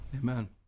Amen